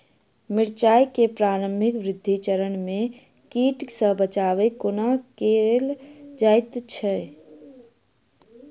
मिर्चाय केँ प्रारंभिक वृद्धि चरण मे कीट सँ बचाब कोना कैल जाइत अछि?